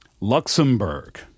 Luxembourg